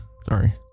sorry